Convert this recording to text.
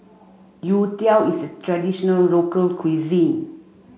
Youtiao is a traditional local cuisine